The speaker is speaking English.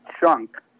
chunk